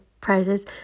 prizes